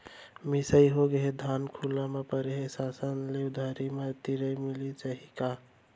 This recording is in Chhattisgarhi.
मिंजाई होगे हे, धान खुला म परे हे, शासन ले उधारी म तिरपाल मिलिस जाही का?